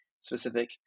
specific